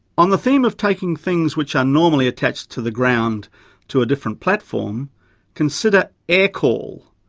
on the theme of taking things which are normally attached to the ground to a different platform consider air-call,